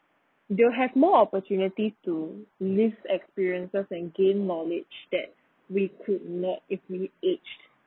they'll have more opportunity to live experiences and gain knowledge that we could not if we age